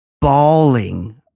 bawling